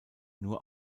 nur